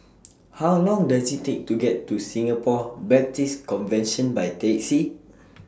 How Long Does IT Take to get to Singapore Baptist Convention By Taxi